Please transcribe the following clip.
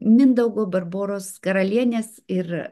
mindaugo barboros karalienės ir